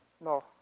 No